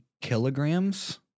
kilograms